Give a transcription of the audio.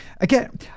again